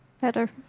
Better